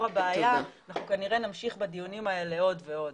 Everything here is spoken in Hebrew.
הבעיה אנחנו כנראה נמשיך בדיונים האלה עוד ועוד,